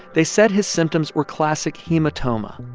they said his symptoms were classic hematoma,